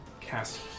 cast